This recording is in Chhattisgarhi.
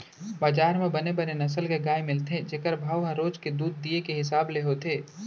बजार म बने बने नसल के गाय मिलथे जेकर भाव ह रोज के दूद दिये के हिसाब ले होथे